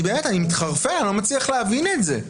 אני לא מצליח להבין את זה.